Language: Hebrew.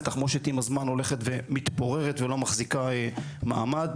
תחמושת עם הזמן הולכת ומתפוררת ולא מחזיקה מעמד.